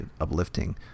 uplifting